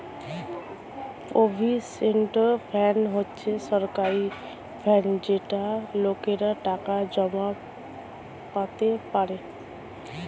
provident fund হচ্ছে সরকারের fund যেটাতে লোকেরা টাকা জমাতে পারে